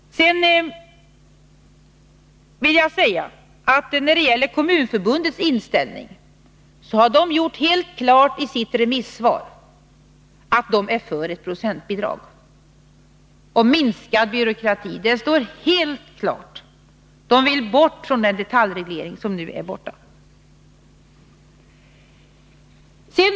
Jag vill säga att Kommunförbundet har gjort helt klart i sitt remissvar att det är för ett procentbidrag och minskad byråkrati. Det står helt klart att förbundet vill slippa den detaljreglering som nu har tagits bort.